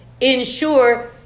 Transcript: ensure